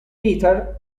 peter